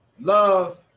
Love